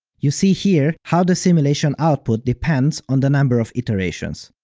you see here how the simulation output depends on the number of iterations.